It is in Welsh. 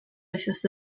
wythnos